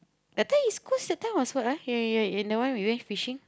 that time is close your time also right ya ya ya that we went fishing